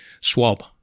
swab